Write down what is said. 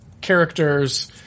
characters